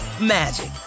magic